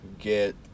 get